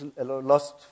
lost